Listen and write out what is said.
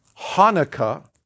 Hanukkah